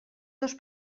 dos